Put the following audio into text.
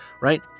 right